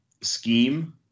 scheme